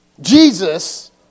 Jesus